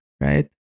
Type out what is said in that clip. right